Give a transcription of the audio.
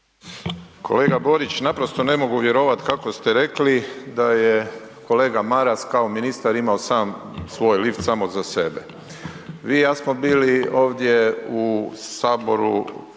Kolega Borić, naprosto ne mogu vjerovati kako ste rekli da je kolega Maras kao ministar imao sam svoj lift samo za sebe. Vi i ja smo bili ovdje u Saboru